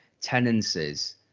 tenancies